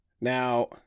Now